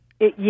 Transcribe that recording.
Yes